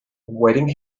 waiting